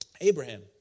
Abraham